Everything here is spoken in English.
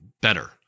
better